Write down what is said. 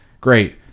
Great